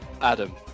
Adam